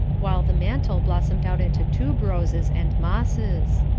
while the mantel blossomed out into tube-roses and mosses.